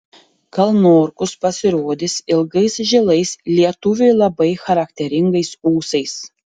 gal norkus pasirodys ilgais žilais lietuviui labai charakteringais ūsais